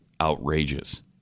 outrageous